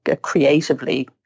creatively